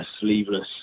sleeveless